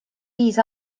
viis